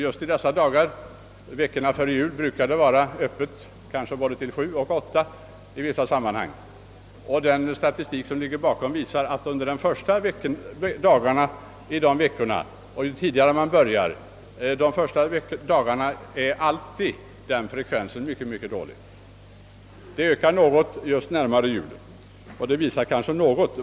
Just i dessa dagar brukar det på vissa ställen vara öppet till kanske både sju och åtta, och statistiken visar att de första dagarna under denna period är tillströmningsfrekvensen alltid mycket dålig. Närmare jul ökar den något.